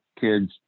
kids